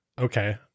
Okay